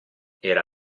era